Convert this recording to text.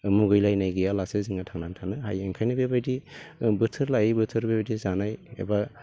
मुगैलायनाय गैयालासे जोङो थांनानै थानो हायो ओंखायनो बेबायदि बोथोर लायै बोथोर बेबायदि जानाय एबा